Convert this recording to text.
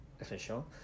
Official